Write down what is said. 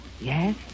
Yes